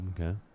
Okay